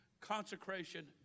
consecration